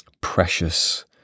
precious